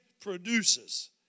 produces